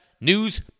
news